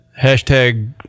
hashtag